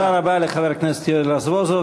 תודה רבה לחבר הכנסת יואל רזבוזוב.